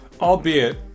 albeit